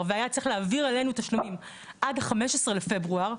והיה צריך להעביר אליו תשלומים עד ה-15 בפברואר,